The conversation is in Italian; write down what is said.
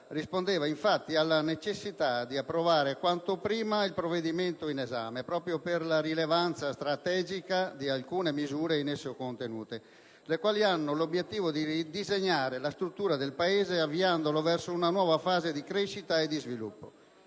rispondeva, infatti, alla necessità di approvare quanto prima il provvedimento in esame, proprio per la rilevanza strategica di alcune misure in esso contenute, le quali hanno l'obiettivo di ridisegnare la struttura del Paese, avviandolo verso una nuova fase di crescita e di sviluppo.